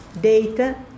data